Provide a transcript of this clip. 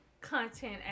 content